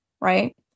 right